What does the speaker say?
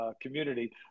community